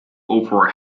over